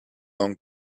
long